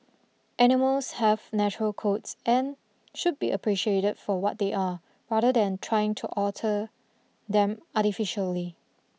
animals have natural coats and should be appreciated for what they are rather than trying to alter them artificially